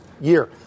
year